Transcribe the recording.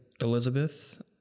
Elizabeth